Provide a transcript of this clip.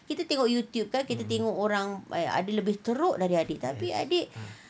kita YouTube kan kita tengok orang ada lebih teruk lagi daripada adik tapi adik